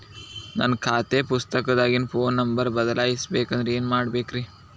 ನನ್ನ ಖಾತೆ ಪುಸ್ತಕದಾಗಿನ ಫೋನ್ ನಂಬರ್ ಬದಲಾಯಿಸ ಬೇಕಂದ್ರ ಏನ್ ಮಾಡ ಬೇಕ್ರಿ?